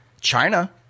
China